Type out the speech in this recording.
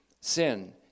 sin